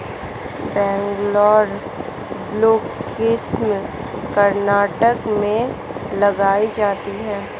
Bangalore blue किस्म कर्नाटक में उगाई जाती है